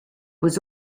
was